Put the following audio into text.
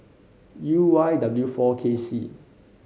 U Y W four K C